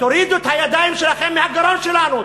תורידו את הידיים שלכם מהגרון שלנו.